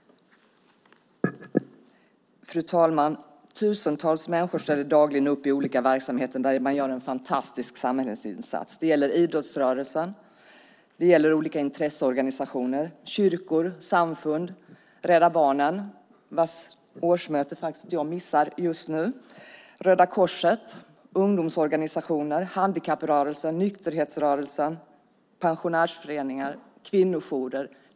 Fru talman! Tusentals människor ställer dagligen upp i olika verksamheter där de gör en fantastisk samhällsinsats. Det gäller idrottsrörelsen, olika intresseorganisationer, kyrkor, samfund, Rädda Barnen, vars årsmöte jag missar just nu, Röda Korset, ungdomsorganisationer, handikapprörelsen, nykterhetsrörelsen, pensionärsföreningar, kvinnojourer.